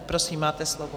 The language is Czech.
Prosím, máte slovo.